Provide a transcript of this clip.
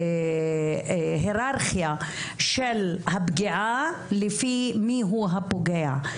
ההיררכיה של הפגיעה לפי מי הוא הפוגע.